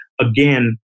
Again